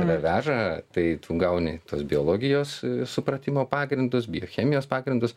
tave veža tai tu gauni tos biologijos supratimo pagrindus biochemijos pagrindus